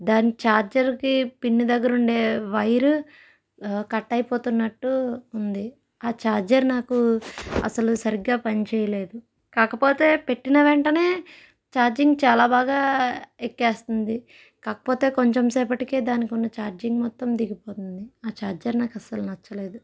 దాని ఛార్జర్కి పిన్ దగ్గర ఉండే వైర్ కట్ అయిపోతున్నట్టు ఉంది ఆ ఛార్జర్ నాకు అస్సలు సరిగ్గా పని చేయలేదు కాకపోతే పెట్టిన వెంటనే ఛార్జింగ్ చాలా బాగా ఎక్కేస్తుంది కాకపోతే కొంచెం సేపటికే దానికున్న ఛార్జింగ్ మొత్తం దిగిపోతుంది ఆ ఛార్జర్ నాకు అస్సలు నచ్చలేదు